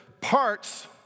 parts